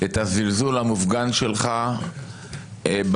את הזלזול המופגן שלך בנו,